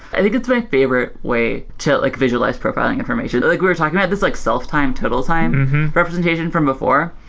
i think it's my favorite way to like visualize profiling information. like we're talking about this like self-time, total time representation from before,